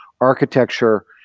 architecture